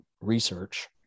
research